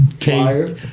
Fire